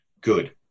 good